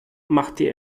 machte